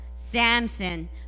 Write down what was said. Samson